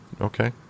okay